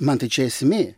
man tai čia esmė